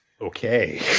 Okay